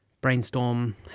brainstorm